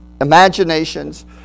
imaginations